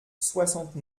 soixante